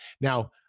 Now